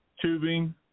tubing